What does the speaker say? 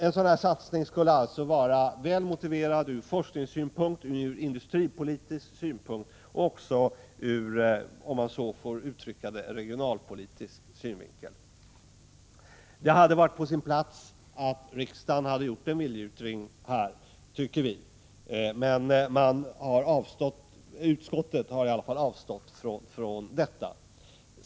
En sådan satsning skulle vara väl motiverad ur forskningssynpunkt, ur industripolitisk synpunkt och även ur regionalpolitisk synpunkt. Vi anser att det hade varit på sin plats att riksdagen hade gjort en viljeyttring i fråga om detta. Utskottet har emellertid avstått från detta.